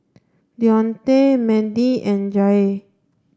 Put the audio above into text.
Dionte Mendy and Jair